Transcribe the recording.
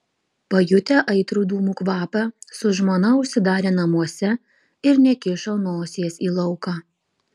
pajutę aitrų dūmų kvapą su žmona užsidarė namuose ir nekišo nosies į lauką